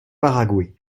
paraguay